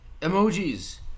Emojis